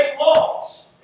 laws